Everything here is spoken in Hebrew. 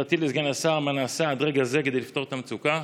שאלתי לסגן השר: מה נעשה עד רגע זה כדי לפתור את המצוקה,